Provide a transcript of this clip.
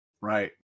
Right